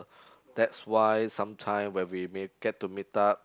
that's why sometime when we meet get to meet up